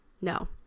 no